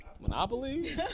Monopoly